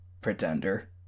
Pretender